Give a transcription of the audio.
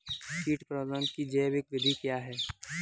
कीट प्रबंधक की जैविक विधि क्या है?